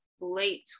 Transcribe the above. late